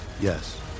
Yes